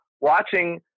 watching